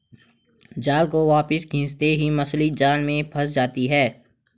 जाल को वापस खींचते ही मछली जाल में फंस जाती है